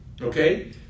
Okay